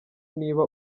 niba